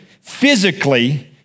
physically